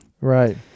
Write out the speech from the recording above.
Right